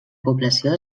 població